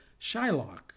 Shylock